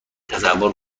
تصور